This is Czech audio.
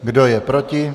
Kdo je proti?